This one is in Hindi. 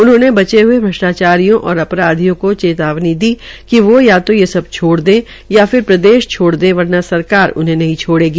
उन्होंने बचे हये भ्रष्टाचारियों और अपराधी को चेतावनी दी कि वो तो ये सब छोड़ दें या फिर प्रदेश छोड़ दे वरना सरकार उनहें नहीं छोड़ेगी